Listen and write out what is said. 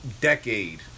decade